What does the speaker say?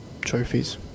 trophies